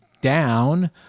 down